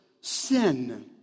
sin